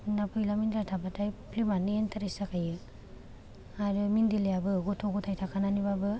फैला मेन्देला थाबाथाय फिल्मयानो इन्टारेस्ट जाखायो आरो मेन्देलायाबो गथ' गथाय थाखानानैबाबो